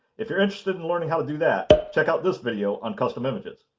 if you're interested in learning how to do that, check out this video on custom images.